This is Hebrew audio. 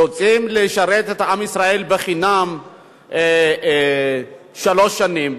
יוצאים לשרת את עם ישראל בחינם שלוש שנים,